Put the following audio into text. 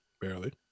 Barely